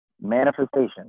manifestation